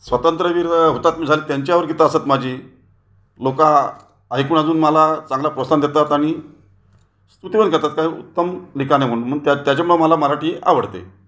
स्वातंत्र्यवीर हुतात्मा झाले त्यांच्यावर गीतं असतात माझी लोकं ऐकून अजून मला चांगलं प्रोत्साहन देतात आणि स्तुती पण करतात काय उत्तम लिखाण आहे म्हणून मग त्याच्या त्याच्यामुळे मला मराठी आवडते